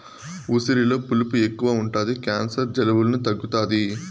ఉసిరిలో పులుపు ఎక్కువ ఉంటది క్యాన్సర్, జలుబులను తగ్గుతాది